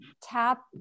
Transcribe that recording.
tap